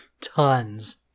Tons